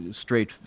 straight